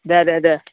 দে দে দে